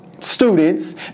students